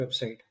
website